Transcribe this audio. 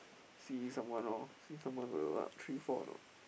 see someone lor see someone will what three four or not